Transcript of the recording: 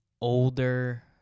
older